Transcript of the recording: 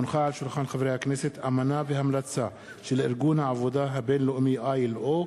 הונחה על שולחן הכנסת אמנה והמלצה של ארגון העבודה הבין-לאומי ILO,